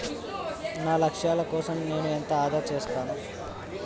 నా లక్ష్యాల కోసం నేను ఎంత ఆదా చేస్తాను?